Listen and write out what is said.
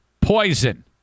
poison